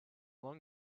long